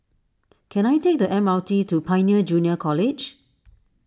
can I take the M R T to Pioneer Junior College